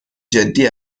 جدی